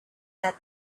that